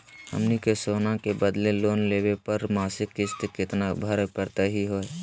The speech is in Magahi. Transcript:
हमनी के सोना के बदले लोन लेवे पर मासिक किस्त केतना भरै परतही हे?